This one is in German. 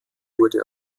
wurde